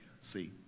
See